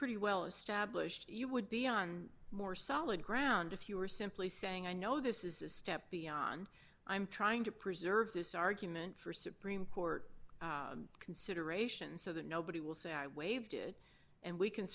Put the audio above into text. pretty well established you would be on more solid ground if you were simply saying i know this is a step beyond i'm trying to preserve this argument for supreme court consideration so that nobody will say i waived it and we can